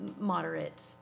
moderate